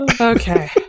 Okay